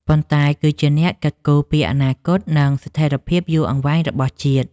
ប៉ុន្តែគឺជាអ្នកគិតគូរពីអនាគត និងស្ថិរភាពយូរអង្វែងរបស់ជាតិ។